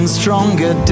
stronger